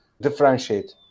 differentiate